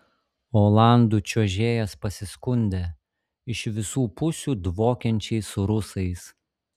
olandų čiuožėjas pasiskundė iš visų pusių dvokiančiais rusais